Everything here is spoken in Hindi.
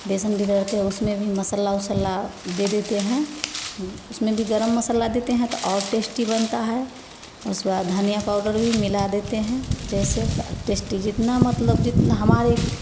बेसन भी धरते है उसमें भी मसाला उसल्ला दे देते हैं उसमें भी गर्म मसाला देते हैं तो और टेस्टी बनता है उसके बाद धनिया पाउडर भी मिला देते हैं जैसे तो टेस्टी जितना मतलब जितना हमारे